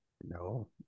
No